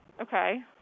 Okay